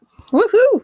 woohoo